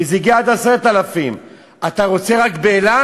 וזה הגיע עד 10,000. אתה רוצה רק לאילת?